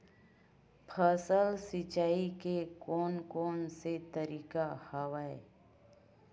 फसल सिंचाई के कोन कोन से तरीका हवय?